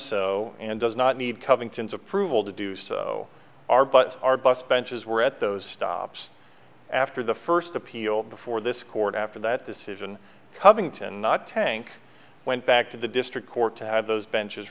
so and does not need covington's approval to do so our but our bus benches were at those stops after the first appeal before this court after that decision covington not tank went back to the district court to have those benches